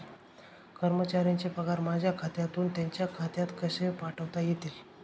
कर्मचाऱ्यांचे पगार माझ्या खात्यातून त्यांच्या खात्यात कसे पाठवता येतील?